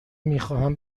میخواهم